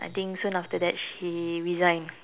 I think soon after that she resigned